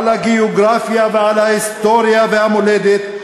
על הגיאוגרפיה ועל ההיסטוריה והמולדת,